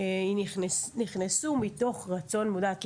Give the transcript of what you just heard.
הן נכנסו מתוך רצון מודע.